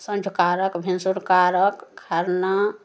सँझुका अर्घ भिनसरका अर्घ खरना